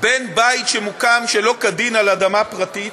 בין בית שמוקם שלא כדין על אדמה פרטית,